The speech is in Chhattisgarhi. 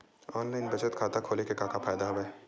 ऑनलाइन बचत खाता खोले के का का फ़ायदा हवय